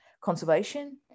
conservation